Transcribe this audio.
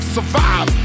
Survive